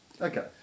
Okay